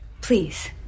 Please